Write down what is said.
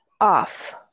off